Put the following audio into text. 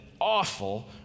awful